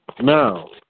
Now